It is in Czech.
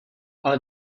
ale